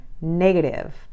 negative